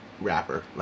rapper